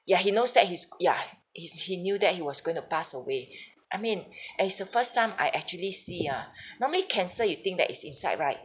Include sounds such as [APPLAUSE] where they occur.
yeah he knows that he's yeah his he knew that he was going to pass away [BREATH] I mean [BREATH] and it's the first time I actually see ah [BREATH] normally cancer you think that it's inside right